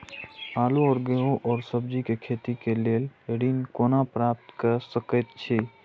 आलू और गेहूं और सब्जी के खेती के लेल ऋण कोना प्राप्त कय सकेत छी?